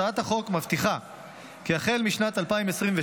הצעת החוק מבטיחה כי החל משנת 2026